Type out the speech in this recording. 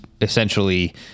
essentially